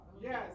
Yes